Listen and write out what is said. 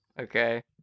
okay